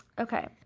okay